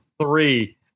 three